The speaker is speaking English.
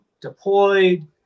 deployed